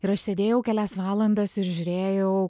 ir aš sėdėjau kelias valandas ir žiūrėjau